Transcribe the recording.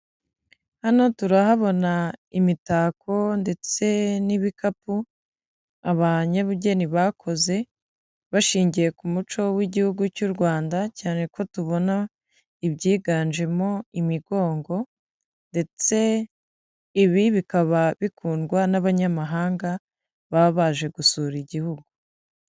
Hano turahabona imitako ndetse n'ibikapu abanyebugeni bakoze, bashingiye ku muco w'igihugu cy'u Rwanda cyane ko tubona ibyiganjemo imigongo ndetse ibi bikaba bikundwa n'abanyamahanga baba baje gusura igihugu.